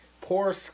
poor